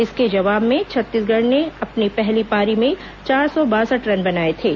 इसके जवाब में छत्तीसगढ़ ने अपनी पहली पारी में चार सौ बासठ रन बनाए थे